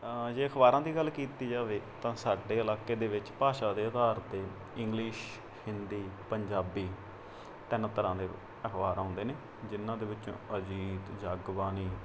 ਜੇ ਅਖਬਾਰਾਂ ਦੀ ਗੱਲ ਕੀਤੀ ਜਾਵੇ ਤਾਂ ਸਾਡੇ ਇਲਾਕੇ ਦੇ ਵਿੱਚ ਭਾਸ਼ਾ ਦੇ ਆਧਾਰ 'ਤੇ ਇੰਗਲਿਸ਼ ਹਿੰਦੀ ਪੰਜਾਬੀ ਤਿੰਨ ਤਰ੍ਹਾਂ ਦੇ ਅਖਬਾਰ ਆਉਂਦੇ ਨੇ ਜਿਹਨਾਂ ਦੇ ਵਿੱਚ ਅਜੀਤ ਜਗਬਾਣੀ